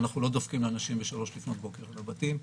אנחנו לא דופקים לאנשים ב-03:00 לפנות בוקר על בבתים.